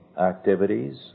activities